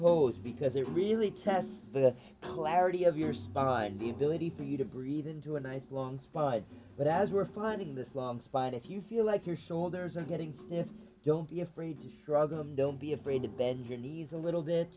pose because it really tests the clarity of your spine the ability for you to breathe into a nice long spied but as we're planning this last spot if you feel like your shoulders are getting stiff don't be afraid to struggle and don't be afraid to bend your knees a little bit